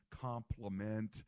complement